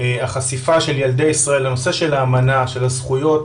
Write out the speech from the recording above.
החשיפה של ילדי ישראל לנושא של האמנה של הזכויות,